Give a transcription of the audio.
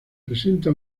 presenta